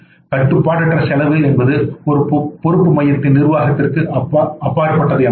கட்டுப்பாடற்ற செலவு என்பது ஒரு பொறுப்பு மையத்தின் நிர்வாகத்திற்கு அப்பாற்பட்டது எனலாம்